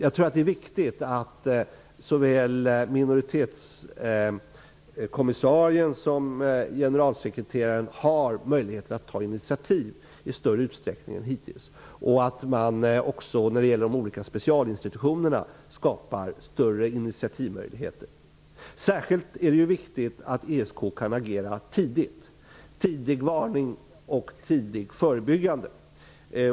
Det är viktigt att såväl minoritetskommissarien som generalsekreteraren har möjlighet att ta initiativ i större utsträckning än hittills och att man också skapar större initiativmöjligheter för de olika specialinstitutionerna. Särskilt viktigt är att ESK kan agera tidigt -- varna tidigt och arbeta förebyggande.